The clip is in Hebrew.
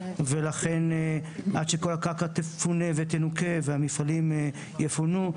ולכן עד שהקרקע תנוקה ותפונה והמפעלים יפונו,